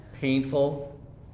painful